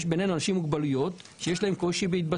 בינינו יש אנשים עם מוגבלויות שיש להם קושי בהתבטאות